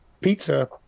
Pizza